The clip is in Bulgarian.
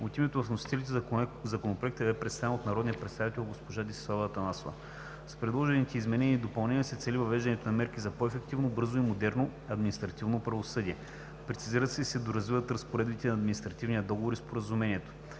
От името на вносителите Законопроектът бе представен от народния представител госпожа Десислава Атанасова. С предложените изменения и допълнения се цели въвеждането на мерки за по-ефективно, бързо и модерно административно правосъдие. Прецизират се и се доразвиват разпоредбите на административния договор и споразумението.